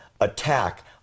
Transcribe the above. attack